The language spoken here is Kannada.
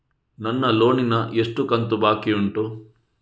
ನನ್ನ ಲೋನಿನ ಎಷ್ಟು ಕಂತು ಬಾಕಿ ಉಂಟು?